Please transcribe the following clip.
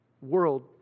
world